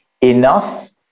enough